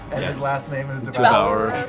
and his last name is devourer?